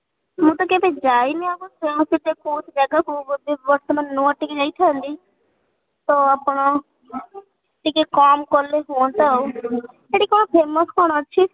ମୁଁ ତ କେବେ ଯାଇନି ଆଗରୁ ଛୁଆଙ୍କ ସହିତ କୌଣସି ଜାଗାକୁ ବୋଧେ ବର୍ତ୍ତମାନ ନୂଆ ଟିକେ ଯାଇଥାନ୍ତି ତ ଆପଣ ଟିକେ କମ୍ କଲେ ହୁଅନ୍ତା ଆଉ ସେଠି କ'ଣ ଫେମସ୍ କ'ଣ ଅଛି